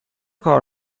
کار